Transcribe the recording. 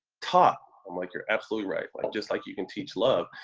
taught. i'm like, you're absolutely right. like, just like you can teach love.